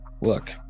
look